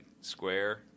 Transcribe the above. square